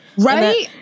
Right